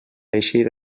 eixir